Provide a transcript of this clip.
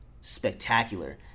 spectacular